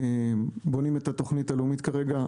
אנחנו בונים את התוכנית הלאומית כרגע,